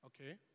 Okay